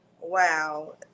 Wow